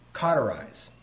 cauterize